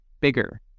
bigger